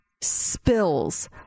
spills